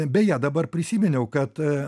beje dabar prisiminiau kad